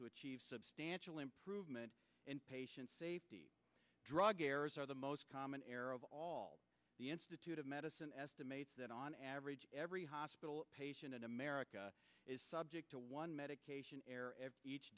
to achieve substantial improvement in patient safety drug errors are the most common error of all the institute of medicine estimates that on average every hospital patient in america is subject to one medication error each